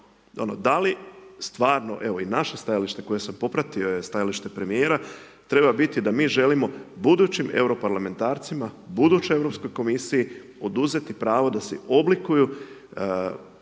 Da li stvarno i naše stajalište koje sam popratio je stajalište za premjera, treba biti da mi želimo budućim europarlamentarcima, budućoj Europskoj komisiji, oduzeti pravo da si oblikuju